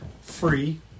free